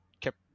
kept